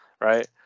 Right